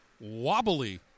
Wobbly